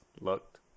Looked